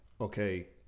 okay